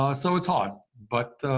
um so, it's hard, but,